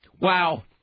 Wow